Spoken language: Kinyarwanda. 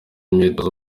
imyitozo